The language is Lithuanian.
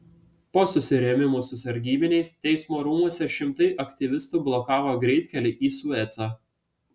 po susirėmimų su sargybiniais teismo rūmuose šimtai aktyvistų blokavo greitkelį į suecą